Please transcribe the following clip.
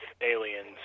aliens